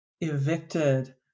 evicted